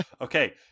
Okay